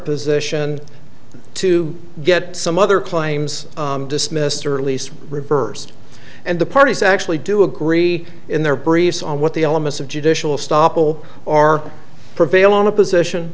position to get some other claims dismissed or at least reversed and the parties actually do agree in their briefs on what the elements of judicial stop will or prevail on a position